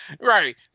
right